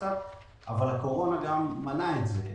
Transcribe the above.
אבל הקורונה גם מנעה את זה.